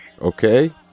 okay